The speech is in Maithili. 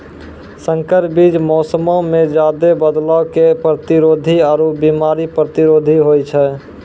संकर बीज मौसमो मे ज्यादे बदलाव के प्रतिरोधी आरु बिमारी प्रतिरोधी होय छै